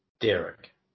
Derek